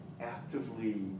actively